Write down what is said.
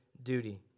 duty